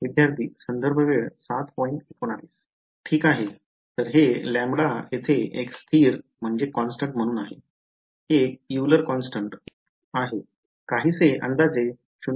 विद्यार्थीः ठीक आहे तर हे γयेथे एक स्थिर म्हणून आहे एक Euler Constant स्थिर आहे काहीसे अंदाजे ०